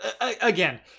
again